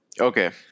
Okay